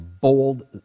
bold